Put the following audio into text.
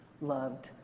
loved